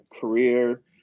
career